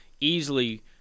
easily